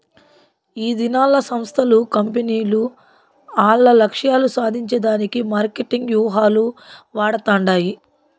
ఈదినాల్ల సంస్థలు, కంపెనీలు ఆల్ల లక్ష్యాలు సాధించే దానికి మార్కెటింగ్ వ్యూహాలు వాడతండాయి